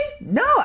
No